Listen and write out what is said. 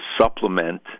supplement